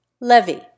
levy